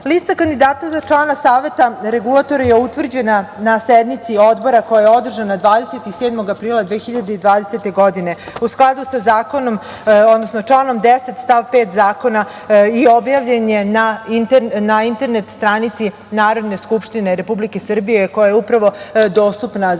kandidata za člana Saveta REM-a je utvrđena na sednici Odbora koja je održana 27. aprila 2020. godine. U skladu sa zakonom, odnosno članom 10. stav 5. zakona, objavljen je na internet stranici Narodne skupštine Republike Srbije koja je upravo dostupna za